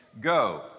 Go